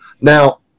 Now